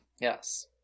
Yes